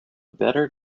better